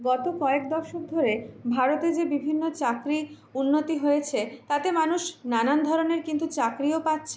গত কয়েক দশক ধরে ভারতে যে বিভিন্ন চাকরির উন্নতি হয়েছে তাতে মানুষ নানান ধরনের কিন্তু চাকরিও পাচ্ছে